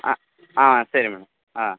ஆ ஆ சரி மேடம் ஆ